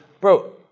bro